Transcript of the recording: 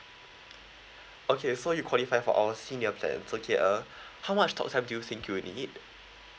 okay so you qualify for our senior plans okay uh how much talk time do you think you need